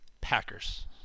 Packers